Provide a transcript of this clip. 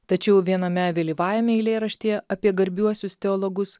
tačiau viename vėlyvajame eilėraštyje apie garbiuosius teologus